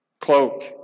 cloak